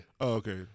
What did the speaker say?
okay